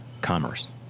commerce